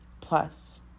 Plus